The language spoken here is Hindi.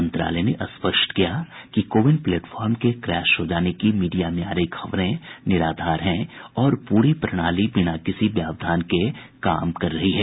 मंत्रालय ने स्पष्ट किया कि कोविन प्लेटफॉर्म के क्रैश हो जाने की मीडिया में आ रही खबरें निराधार हैं और पूरी प्रणाली बिना किसी व्यवधान के काम कर रही है